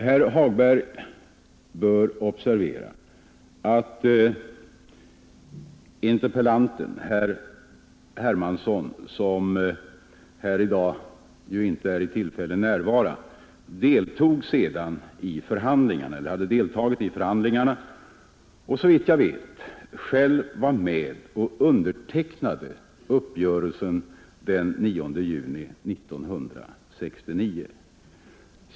Herr Hagberg bör observera att interpellanten, herr Hermansson i Malmberget, som inte är i tillfälle att närvara här i dag, hade deltagit i förhandlingarna och såvitt jag vet själv var med och undertecknade uppgörelsen den 9 juni 1969.